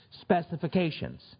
specifications